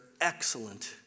excellent